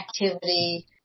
activity